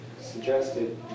suggested